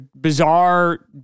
bizarre